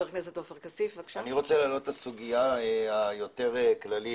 אני רוצה להעלות את הסוגיה היותר כללית,